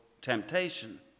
temptation